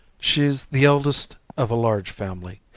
she's the eldest of a large family.